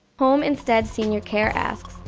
homeinstead senior care asks,